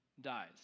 dies